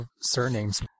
surnames